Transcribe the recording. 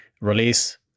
release